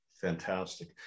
fantastic